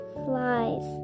flies